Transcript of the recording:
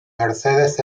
mercedes